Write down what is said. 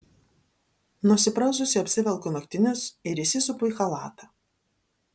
nusipraususi apsivelku naktinius ir įsisupu į chalatą